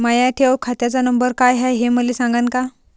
माया ठेव खात्याचा नंबर काय हाय हे मले सांगान का?